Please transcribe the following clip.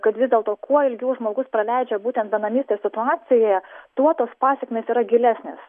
kad vis dėlto kuo ilgiau žmogus praleidžia būtent benamystės situacijoje tuo tos pasekmės yra gilesnės